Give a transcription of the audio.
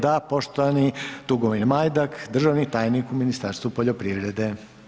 Da, poštovani Tugomir Majdak, državni tajnik u Ministarstvu poljoprivrede.